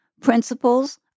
Principles